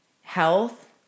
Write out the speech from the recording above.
Health